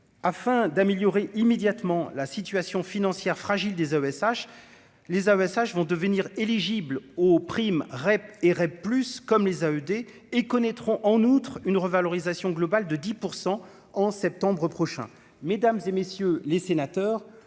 afin d'améliorer immédiatement la situation financière fragile des ESH les avais sages vont devenir éligibles aux primes Rep et Rep plus comme les à ED et connaîtront en outre une revalorisation globale de 10 % en septembre prochain, mesdames et messieurs les sénateurs,